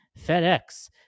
FedEx